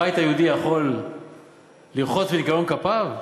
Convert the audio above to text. הבית היהודי יכול לרחוץ בניקיון כפיו?